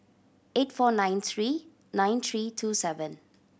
eight four nine three nine three two seven